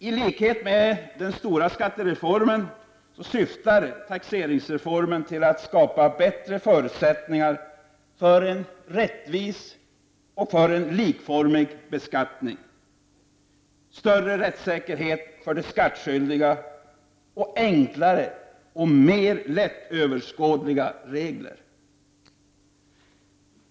I likhet med den stora skattereformen syftar taxeringsreformen till att skapa bättre förutsättningar för en rättvis och likformig beskattning, för större rättssäkerhet för de skattskyldiga och för enklare och mer lättöverskådliga regler.